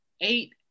eight